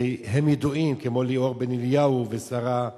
שהם ידועים, כמו ליאור בן-אליהו ושרה בנינג'ה,